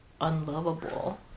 unlovable